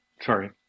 sorry